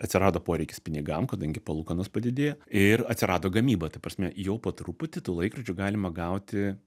atsirado poreikis pinigam kadangi palūkanos padidėjo ir atsirado gamyba ta prasme jau po truputį tų laikrodžiu galima gauti